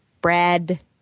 Brad